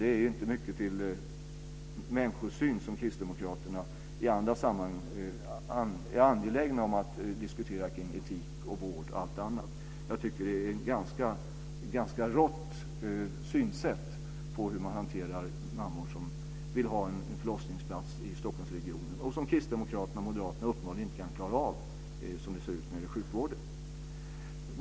Det är inte den människosyn som Kristdemokraterna i andra sammanhang är angelägna om, i diskussionen om etik, vård och annat. Jag tycker att det är ett ganska rått synsätt på de mammor som vill ha en förlossningsplats i Stockholmsregionen - något som Kristdemokraterna och Moderaterna uppenbarligen inte kan klara av att ge dem, som det ser ut när det gäller sjukvården.